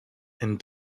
and